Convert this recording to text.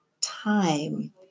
time